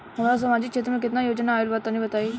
हमरा समाजिक क्षेत्र में केतना योजना आइल बा तनि बताईं?